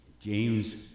James